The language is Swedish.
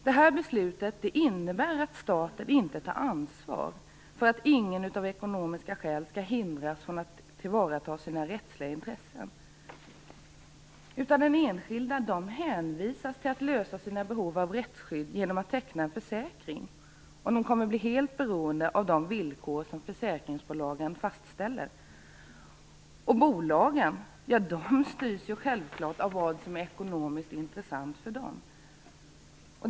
Det här beslutet innebär att staten inte tar ansvar för att ingen av ekonomiska skäl hindras från att tillvarata sina rättsliga intressen. De enskilda hänvisas i stället till att tillgodose sina behov av rättsskydd genom att teckna en försäkring, och de kommer att bli helt beroende av de villkor som försäkringsbolagen fastställer. Bolagen styrs självfallet av vad som är ekonomiskt intressant för dem.